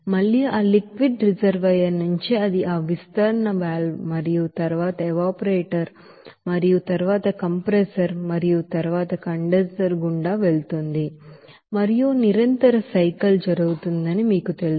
మళ్లీ ఆ liquid reservoir నుంచి అది ఆ విస్తరణ వాల్వ్ మరియు తరువాత ఎవాపరేటర్ మరియు తరువాత కంప్రెసర్ మరియు తరువాత కండెన్సర్ గుండా వెళుతుంది మరియు నిరంతరం సైకిల్ జరుగుతుందని మీకు తెలుసు